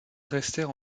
restèrent